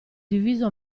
diviso